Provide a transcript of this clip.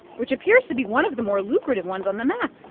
which appears to be one of the more lucrative ones on the map?